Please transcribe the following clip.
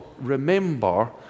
remember